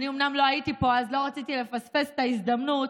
אני לא הייתי פה, אז לא רציתי לפספס את ההזדמנות,